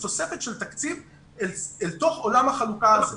תוספת של תקציב אל תוך עולם החלוקה הזה.